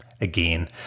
again